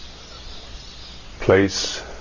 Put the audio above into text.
place